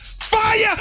fire